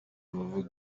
bavuga